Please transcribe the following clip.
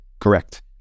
correct